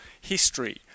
history